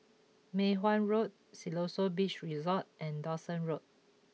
Mei Hwan Road Siloso Beach Resort and Dawson Road